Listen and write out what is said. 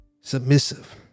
submissive